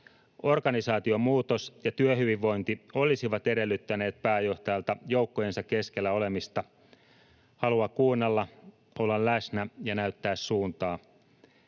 Organisaatiomuutos ja työhyvinvointi olisivat edellyttäneet pääjohtajalta joukkojensa keskellä olemista, halua kuunnella, olla läsnä ja näyttää suuntaa.